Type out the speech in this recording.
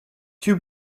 too